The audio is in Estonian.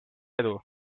edu